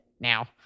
now